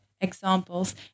examples